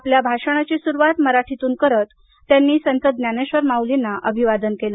आपल्या भाषणाची सुरुवात मराठीतून करत त्यांनी संत ज्ञानेश्वर माऊलीला वंदन केलं